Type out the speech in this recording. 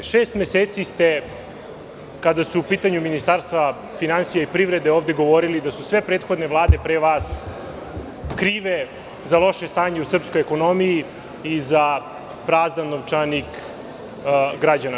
Šest meseci ste, kada su u pitanju ministarstva finansija i privrede, ovde govorili da su sve prethodne vlade pre vas krive za loše stanje u srpskoj ekonomiji i za prazan novčanik građana.